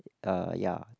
uh ya